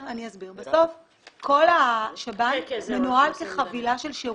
כל השב"ן מנוהל כחבילה של שירותים,